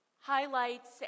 highlights